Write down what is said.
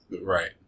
Right